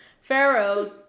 pharaoh